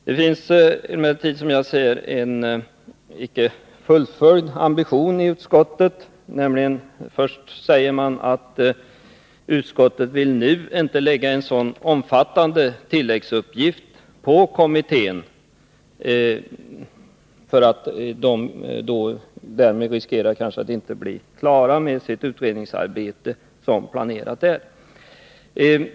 Det finns emellertid, som jag ser det, en icke fullföljd ambition i utskottet, nämligen när man säger att utskottet inte nu vill lägga en så omfattande tilläggsuppgift på kommittén, för att inte riskera att den inte blir klar med sitt utredningsarbete som planerat.